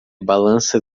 balança